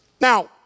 Now